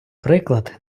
приклад